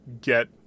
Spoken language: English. get